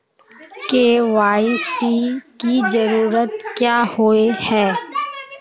KYC की जरूरत क्याँ होय है?